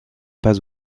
pas